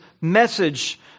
message